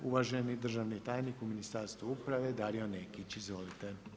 Uvaženi državni tajnik u Ministarstvu uprave Dario Nekić, izvolite.